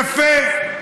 יפה.